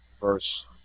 verse